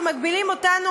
שמגבילים אותנו,